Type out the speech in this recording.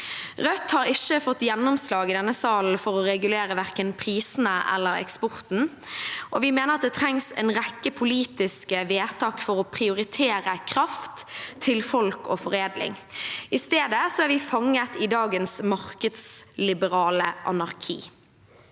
Rødt har ikke fått gjennomslag i denne salen for å regulere verken prisene eller eksporten, og vi mener at det trengs en rekke politiske vedtak for å prioritere kraft til folk og foredling. I stedet er vi fanget i dagens markedsliberale anarki.